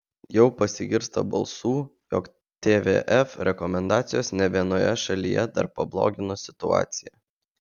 jau pasigirsta balsų jog tvf rekomendacijos ne vienoje šalyje dar pablogino situaciją